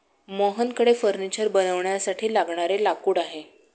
मोहनकडे फर्निचर बनवण्यासाठी लागणारे लाकूड आहे